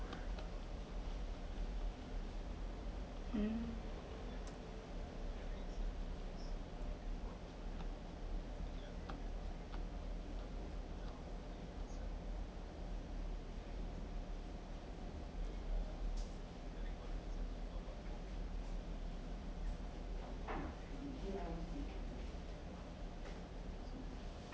mm